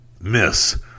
miss